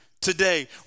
today